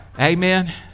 amen